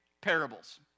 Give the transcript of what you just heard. parables